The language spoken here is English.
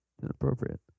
inappropriate